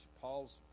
Paul's